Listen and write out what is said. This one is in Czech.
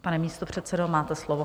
Pane místopředsedo, máte slovo.